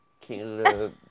Canada